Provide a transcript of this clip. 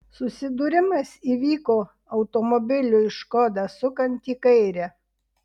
susidūrimas įvyko automobiliui škoda sukant į kairę